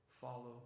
Follow